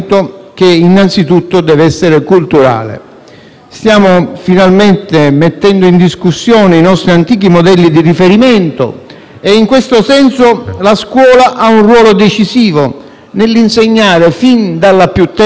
Stiamo finalmente mettendo in discussione i nostri antichi modelli di riferimento e, in questo senso, la scuola ha un ruolo decisivo nell'insegnare fin dalla più tenera età che non esiste scusante,